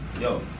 Yo